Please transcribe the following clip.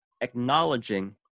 acknowledging